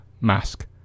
Mask